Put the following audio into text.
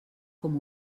com